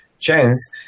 chance